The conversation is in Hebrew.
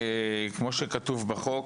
כמו שכתוב בחוק,